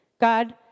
God